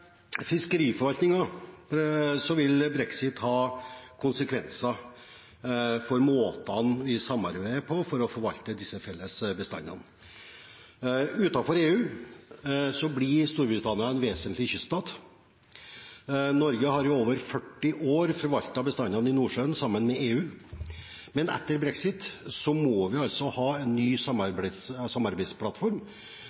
vil brexit ha konsekvenser for måten vi samarbeider på for å forvalte disse felles bestandene. Utenfor EU blir Storbritannia en vesentlig kyststat. Norge har i over 40 år forvaltet bestandene i Nordsjøen sammen med EU, men etter brexit må vi ha en ny